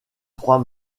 trois